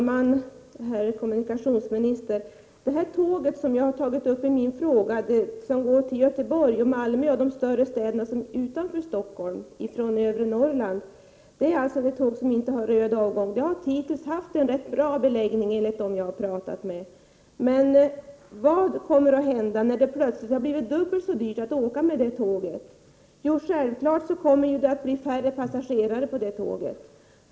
Fru talman! Det tåg som jag har tagit upp i min fråga, som går till Göteborg, Malmö och de större städerna utanför Stockholm från övre Norrland, är alltså det tåg som inte har röd avgång. Det har hittills haft en rätt bra beläggning, enligt dem som jag har pratat med. Men vad kommer att hända när det plötsligt har blivit dubbelt så dyrt att åka med det tåget? Självfallet kommer det att bli färre passagerare där.